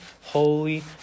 holy